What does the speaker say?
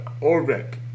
orbit